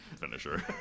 finisher